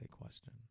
question